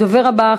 הדובר הבא,